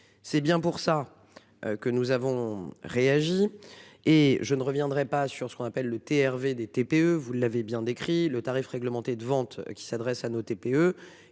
C'est bien pour ça. Que nous avons réagi et je ne reviendrai pas sur ce qu'on appelle le TRV des TPE, vous l'avez bien décrit le tarif réglementé de vente qui s'adresse à nos TPE